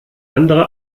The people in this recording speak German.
andere